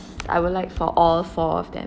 I would like for all four of them